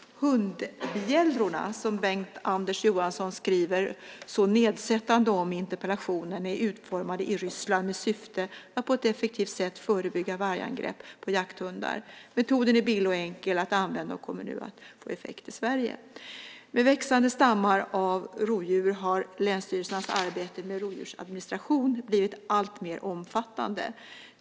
Hundbjällrorna, som Bengt-Anders Johansson skriver så nedsättande om i interpellationen, är utformade i Ryssland med syfte att på ett effektivt sätt förebygga vargangrepp på jakthundar. Metoden är billig och enkel att använda och kommer nu att få effekt i Sverige. Med växande stammar av rovdjur har länsstyrelsernas arbete med rovdjursadministration blivit alltmer omfattande.